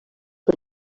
per